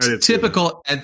typical